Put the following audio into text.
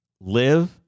live